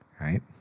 right